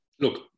Look